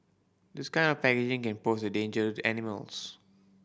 this kind of packaging can pose a danger to animals